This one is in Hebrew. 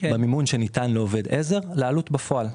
בין המימון שניתן לעובד עזר לבין העלות בפועל?